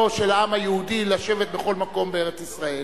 של העם היהודי לשבת בכל מקום בארץ-ישראל,